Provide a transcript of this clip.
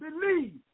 Believe